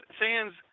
sands